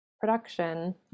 production